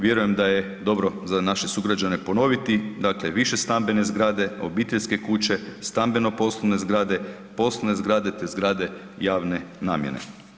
Vjerujem da je dobro za naše sugrađane ponoviti, dakle višestambene zgrade, obiteljske kuće, stambeno-poslovne zgrade, poslovne zgrade te zgrade javne namjene.